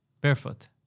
barefoot